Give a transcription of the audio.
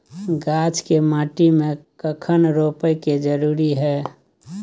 गाछ के माटी में कखन रोपय के जरुरी हय?